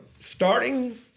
starting